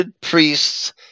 priests